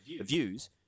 views